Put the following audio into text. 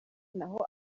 naho